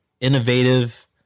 innovative